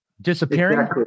disappearing